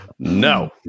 No